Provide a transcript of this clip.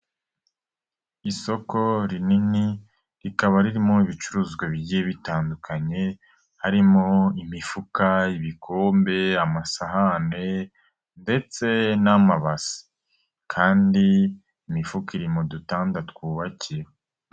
Isoko rinini rikaba ririmo ibicuruzwa bigiye bitandukanye, harimo imifuka, ibikombe, amasahane ndetse n'amabasi kandi imifuka iri mu dutanda twubakiye.